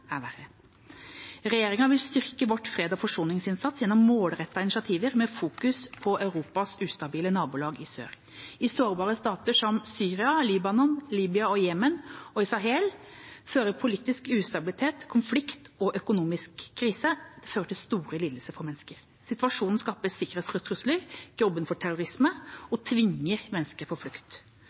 Regjeringa vil styrke vår freds- og forsoningsinnsats gjennom målrettede initiativer med fokus på Europas ustabile nabolag i sør. I sårbare stater som Syria, Libanon, Libya og Jemen og i Sahel fører politisk ustabilitet, konflikt og økonomisk krise til store lidelser for mennesker. Situasjonen skaper sikkerhetstrusler, grobunn for terrorisme og tvinger mennesker på flukt.